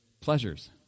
pleasures